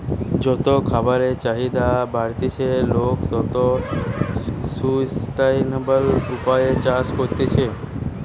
যত খাবারের চাহিদা বাড়তিছে, লোক তত সুস্টাইনাবল উপায়ে চাষ করতিছে